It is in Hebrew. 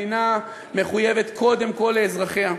מדינה מחויבת קודם כול לאזרחיה.